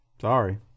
sorry